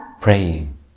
praying